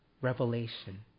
revelation